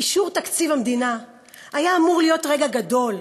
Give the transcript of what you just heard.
אישור תקציב המדינה היה אמור להיות רגע גדול,